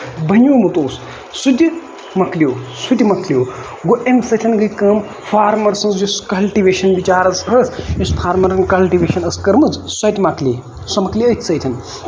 بَنیوومُت اوس سُہ تہِ مۄکلیوو سُہ تہِ مۄکلیوو گوٚو اَمہِ سۭتۍ گے کٲم فارمَر سٔنز یُس کَلٹِویشن بچارَس ٲس یُس فارمَرَن کَلٹِویشن ٲس کٔرمٕژ سۄ تہِ مۄکلے سۄ مۄکلے أتۍ سۭتۍ